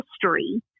history